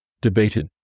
debated